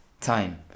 time